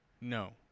No